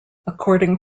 according